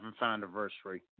anniversary